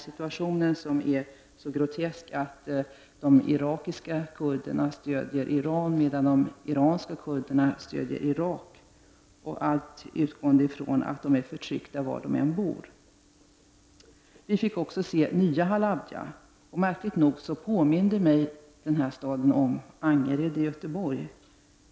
Situationen är ju så grotesk att de irakiska kurderna stöder Iran, medan de iranska kurderna stöder Irak, på grund av att kurderna är förtryckta var de än bor. Vi fick också se nya Halabja. Märkligt nog påminde mig staden om Angered i Göteborg.